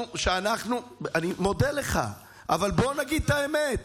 שאנחנו, אני מודה לך, אבל בוא נגיד את האמת.